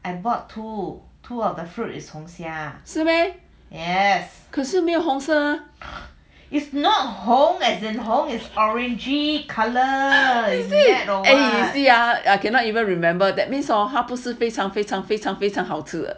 是 meh 可是没有红色 I cannot even remember that means hor 他不是非常非常非常非常好吃